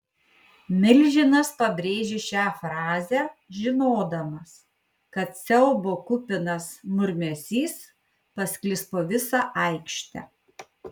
milžinas pabrėžė šią frazę žinodamas kad siaubo kupinas murmesys pasklis po visą aikštę